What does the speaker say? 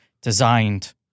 designed